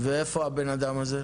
ואיפה הבן אדם הזה?